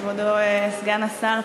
כבודו סגן השר,